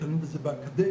נתקלים בזה באקדמיה,